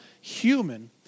human